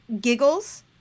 Giggles